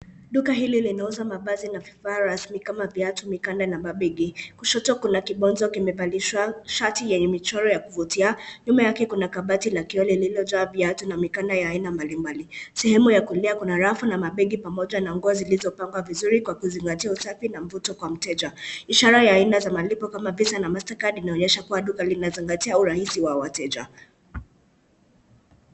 Duka hili linauza mavazi na vifaa rasmi kama viatu, mikanda na mabegi. Kushoto kuna kibonzo kimevalishwa shati yenye michoro ya kuvutia. Nyuma yake kuna kabati la kioo lililojaa viatu na mikanda ya aina mbalimbali. Sehemu ya kulia kuna rafu na mabegi pamoja nguo zilizopangwa vizuri kwa kuzingatia usafi na mvuto kwa mteja. Ishara ya aina za malipo kama Visa na Mastercard, linaonyesha kuwa duka linazingatia urahisi wa wateja.